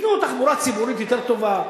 תנו תחבורה ציבורית יותר טובה,